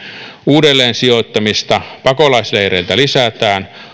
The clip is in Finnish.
uudelleensijoittamista pakolaisleireiltä lisätään